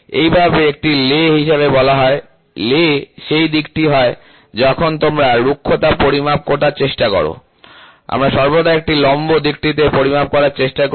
এইভাবে এটিকে লে হিসাবে বলা হয় লে সেই দিকটি হয় যখন তোমরা রুক্ষতা পরিমাপ করার চেষ্টা করো আমরা সর্বদা এটি লম্ব দিকটিতে পরিমাপ করার চেষ্টা করি